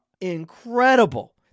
incredible